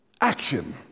action